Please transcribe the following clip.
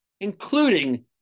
including